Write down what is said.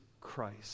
Christ